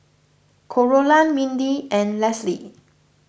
Carolann Mindi and Lesley